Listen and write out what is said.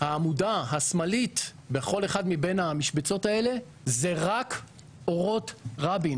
העמודה השמאלית בכל אחד מבין המשבצות האלה זה רק אורות רבין.